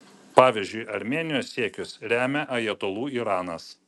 pavyzdžiui armėnijos siekius remia ajatolų iranas